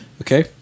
Okay